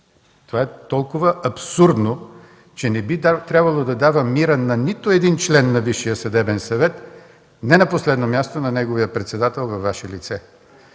Това е толкова абсурдно, че не би трябвало да дава мира на нито един член на Висшия съдебен съвет, не на последно място – на неговия председател във Ваше лице.